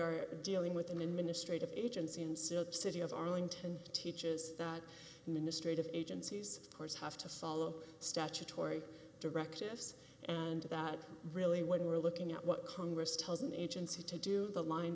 are dealing with an administrative agency in silk city of arlington teaches that in the strait of agencies courts have to follow statutory directives and that really when we're looking at what congress tells an agency to do the line